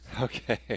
Okay